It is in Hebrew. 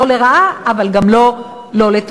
לא לרעה אבל גם לא לא-לרעה.